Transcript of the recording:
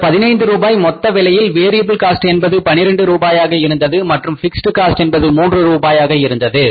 இந்த 15 ரூபாய் மொத்த விலையில் வேரியபில் காஸ்ட் என்பது 12 ரூபாயாக இருந்தது மற்றும் பிக்ஸ்ட் காஸ்ட் என்பது மூன்று ரூபாயாக இருந்தது